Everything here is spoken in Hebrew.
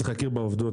צריך להכיר בעובדות.